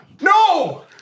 No